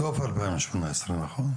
סוף 2018, נכון?